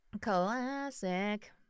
Classic